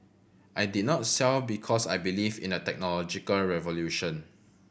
I did not sell because I believe in the technological revolution